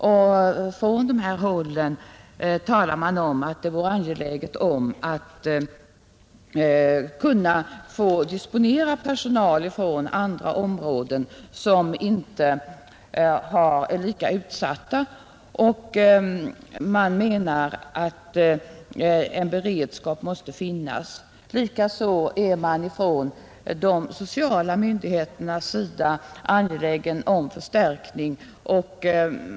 På alla dessa håll säger man sig vara angelägen om att få disponera personal från andra områden som inte är lika utsatta. Man menar att en beredskap måste finnas. Likaså är de sociala myndigheterna angelägna om förstärkning.